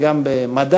אלא גם במדע,